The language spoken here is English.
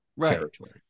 territory